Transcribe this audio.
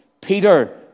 Peter